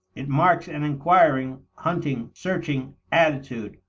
it marks an inquiring, hunting, searching attitude,